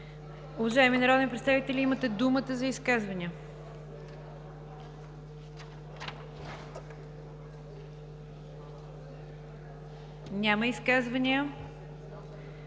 Уважаеми народни представители, имате думата за изказвания. Няма изказвания.